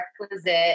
requisite